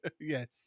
Yes